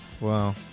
Wow